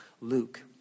Luke